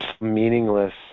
meaningless